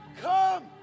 Come